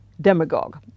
demagogue